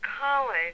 college